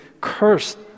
cursed